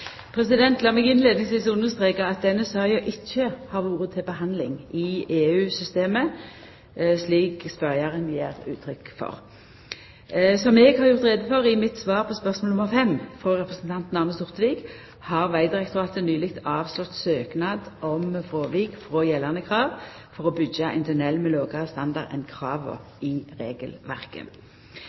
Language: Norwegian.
meg innleiingsvis understreka at denne saka ikkje har vore til handsaming i EU-systemet, slik spørjaren gjev uttrykk for. Som eg har gjort greie for i mitt svar på spørsmål 5, frå representanten Arne Sortevik, har Vegdirektoratet nyleg avslått søknad om fråvik frå gjeldande krav for å byggja ein tunnel med lågare standard enn krava i regelverket.